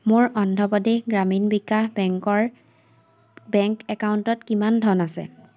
মোৰ অন্ধ্ৰ প্ৰদেশ গ্ৰামীণ বিকাশ বেংকৰ বেংক একাউণ্টত কিমান ধন আছে